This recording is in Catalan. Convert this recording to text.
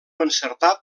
encertar